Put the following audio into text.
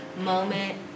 moment